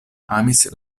amis